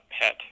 pet